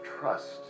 trust